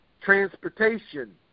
transportation